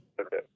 Okay